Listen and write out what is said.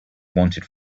wanted